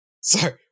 sorry